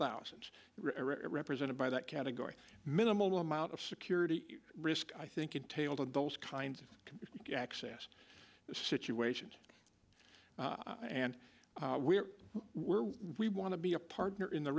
thousands are represented by that category minimal amount of security risk i think entailed with those kinds of access situations and we're we're we want to be a partner in the